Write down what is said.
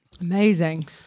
Amazing